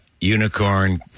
Unicorn